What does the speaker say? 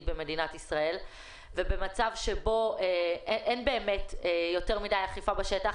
במדינת ישראל ובמצב בו אין באמת יותר מדי אכיפה בשטח,